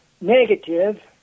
negative